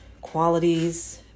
qualities